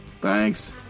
Thanks